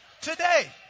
Today